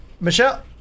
Michelle